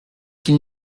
qu’il